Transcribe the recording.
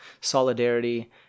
solidarity